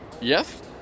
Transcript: Yes